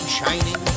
shining